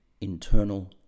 internal